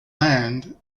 land